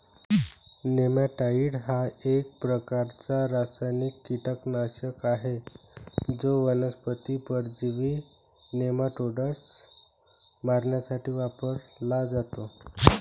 नेमॅटाइड हा एक प्रकारचा रासायनिक कीटकनाशक आहे जो वनस्पती परजीवी नेमाटोड्स मारण्यासाठी वापरला जातो